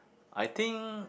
I think